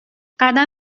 قدم